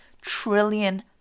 trillion